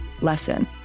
lesson